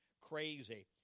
crazy